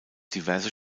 diverse